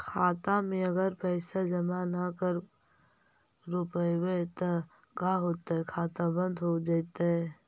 खाता मे अगर पैसा जमा न कर रोपबै त का होतै खाता बन्द हो जैतै?